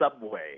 subway